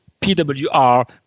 pwr